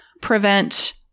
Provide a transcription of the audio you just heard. prevent